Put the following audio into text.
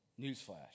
Newsflash